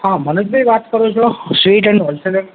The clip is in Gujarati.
હા મનોજભૈ વાત કરો છો સ્વીટ ઍન્ડ હોલસેલર